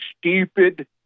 stupid